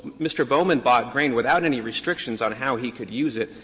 mr. bowman bought grain without any restrictions on how he could use it.